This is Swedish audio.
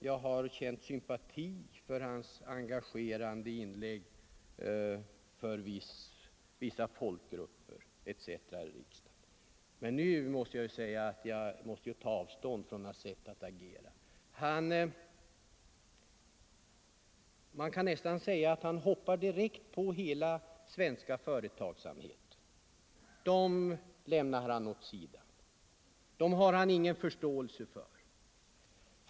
Jag har känt sympati för hans engagerade inlägg för vissa folkgrupper. Men nu måste jag ta avstånd från herr Ahlmarks sätt att agera. Man kan nästan säga att han hoppar på hela den svenska företagsamheten. Den har han ingen förståelse för.